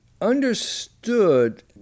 understood